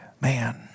man